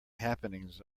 happenings